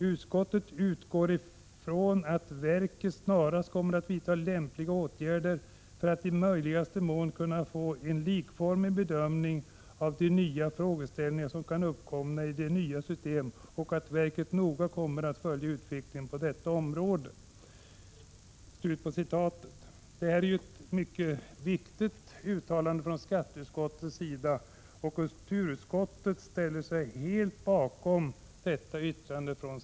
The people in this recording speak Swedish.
Utskottet utgår från att verket snarast kommer att vidta lämpliga åtgärder för att i möjligaste mån kunna få en likformig bedömning av de nya frågeställningar som kan uppkomma i det nya systemet och att verket noga kommer att följa utvecklingen på detta område.” Detta är ett mycket viktigt uttalande från skatteutskottets sida, och kulturutskottet ställer sig helt bakom det.